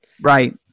Right